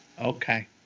Okay